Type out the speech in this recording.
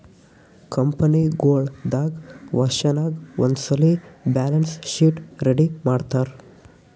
ಕಂಪನಿಗೊಳ್ ದಾಗ್ ವರ್ಷನಾಗ್ ಒಂದ್ಸಲ್ಲಿ ಬ್ಯಾಲೆನ್ಸ್ ಶೀಟ್ ರೆಡಿ ಮಾಡ್ತಾರ್